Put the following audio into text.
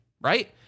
right